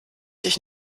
dich